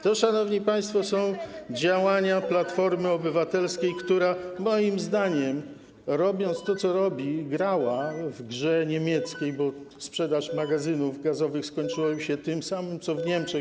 To są, szanowni państwo, działania Platformy Obywatelskiej, która moim zdaniem robiąc to, co robi, grała w grze niemieckiej, bo sprzedaż magazynów gazowych skończyła im się tym samym co w Niemczech.